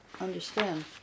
understand